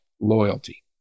loyalty